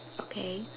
okay